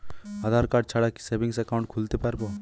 আধারকার্ড ছাড়া কি savings account খুলতে পারব?